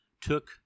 took